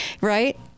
right